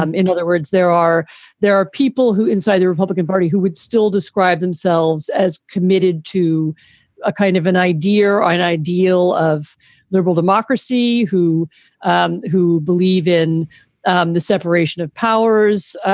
um in other words, there are there are people who inside the republican party who would still describe themselves as committed to a kind of an idea or an ideal of liberal democracy who um who believe in um the separation of powers,